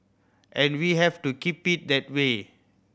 and we have to keep it that way